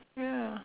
ya